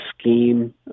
scheme